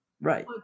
Right